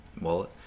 wallet